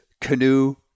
canoe